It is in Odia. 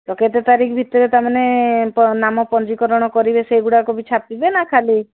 ତ କେତେ ତାରିଖ ଭିତରେ ତାମାନେ ନାମ ପଞ୍ଜୀକରଣ କରିବେ ସେଇଗୁଡ଼ାକ ବି ଛାପିବେ ନା ଖାଲି